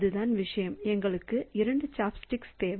அதுதான் விஷயம் எங்களுக்கு 2 சாப்ஸ்டிக்ஸ் தேவை